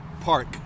park